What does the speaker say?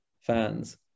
fans